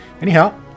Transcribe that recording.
Anyhow